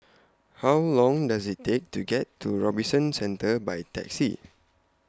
How Long Does IT Take to get to Robinson Centre By Taxi